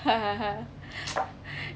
ha ha ha